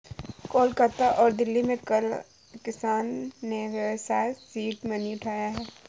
कोलकाता और दिल्ली में कल किसान ने व्यवसाय सीड मनी उठाया है